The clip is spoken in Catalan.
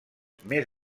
més